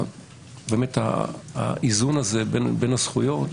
האיזון הזה בין הזכויות